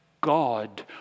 God